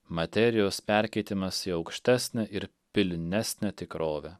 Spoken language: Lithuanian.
materijos perkeitimas į aukštesnę ir pilnesnę tikrovę